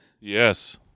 Yes